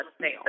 sale